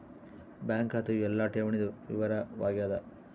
bank ಖಾತೆಯು ಎಲ್ಲ ಠೇವಣಿ ವಿವರ ವಾಗ್ಯಾದ